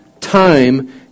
time